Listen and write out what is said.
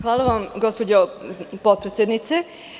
Hvala vam gospođo potpredsednice.